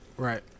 Right